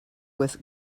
with